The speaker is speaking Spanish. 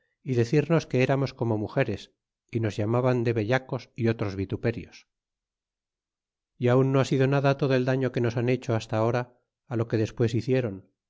y decirnos que erarnos corno mugeres y nos llamaban de vellacos y otros vituperios y aun no ha sido nada todo el daño que nos han hecho hasta ahora á lo que despues hicieron